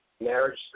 marriage